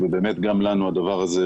גם לנו הדבר הזה